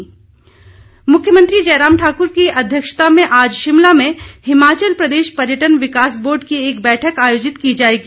मुख्यमंत्री मुख्यमंत्री जयराम ठाकुर की अध्यक्षता में आज शिमला में हिमाचल प्रदेश पर्यटन विकास बोर्ड की एक बैठक आयोजित की जाएगी